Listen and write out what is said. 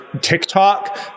TikTok